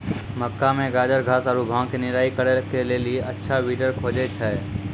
मक्का मे गाजरघास आरु भांग के निराई करे के लेली अच्छा वीडर खोजे छैय?